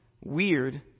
weird